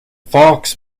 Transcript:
fox